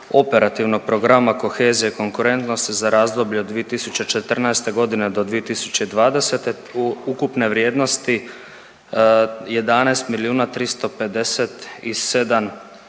operativnog programa kohezija i konkurentnost za razdoblje od 2014. godine do 2020. ukupne vrijednosti 11 milijuna 357 tisuća